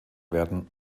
werden